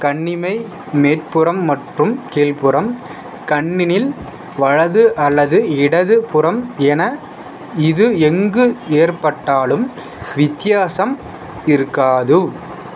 கண்ணிமை மேற்புறம் மற்றும் கீழ்புறம் கண்ணினில் வலது அல்லது இடது புறம் என இது எங்கு ஏற்பட்டாலும் வித்தியாசம் இருக்காது